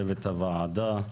צוות הוועדה,